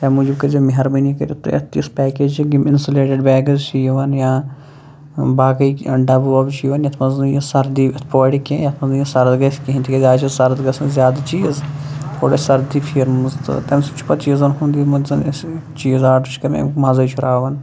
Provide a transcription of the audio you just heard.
أمۍ موجوٗب کٔرِزیٚو مہربٲنی کٔرِتھ تُہۍ اَتھ تِژھ پٮ۪کیج یِم اِنٛسُلیٹِڈ بیگٕس چھِ یِوان یا باقٕے کیٚنہہ ڈبہٕ وَبہٕ چھِ یِوان یَتھ منٛز نہٕ یہِ سردی اَتھ پوڈِ کیٚنہہ یَتھ منٛز نہٕ یہِ سرد گژھِ کِہیٖنۍ تِکیٛازِ آز چھِ سرد گژھان زیادٕ چیٖز تھوڑا سردی فیٖرٕمٕژ تہٕ تٔمۍ سۭتۍ چھِ پَتہٕ چیٖزَن ہُنٛد یِمَن زَنہٕ أسۍ چیٖز آرڈَر چھِ کٔرِمٕتۍ أمیُک مَزٕے چھِ راوان